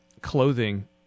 clothing